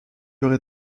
aurais